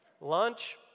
Lunch